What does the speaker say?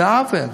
זה עוול.